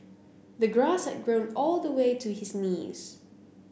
the grass had grown all the way to his knees